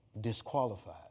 disqualified